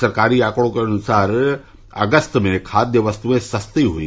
सरकारी आकड़ों के अनुसार अगस्त में खाद्य वस्तुए सस्ती हुई